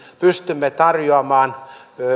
pystymme tarjoamaan